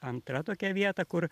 antra tokia vieta kur